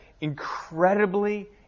incredibly